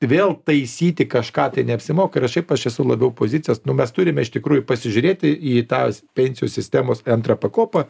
vėl taisyti kažką tai neapsimoka ir aš šiaip aš esu labiau pozicijos nu mes turime iš tikrųjų pasižiūrėti į tas pensijų sistemos antrą pakopą